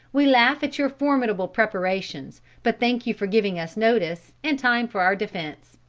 we laugh at your formidable preparations, but thank you for giving us notice, and time for our defence.